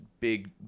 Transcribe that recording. big